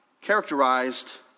characterized